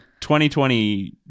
2020